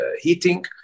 heating